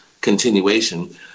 continuation